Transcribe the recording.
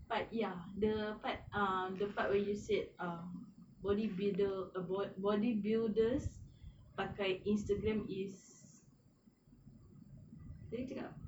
but ya the part ah the part where you said um body build~ body builders pakai instagram is tadi cakap